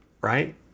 right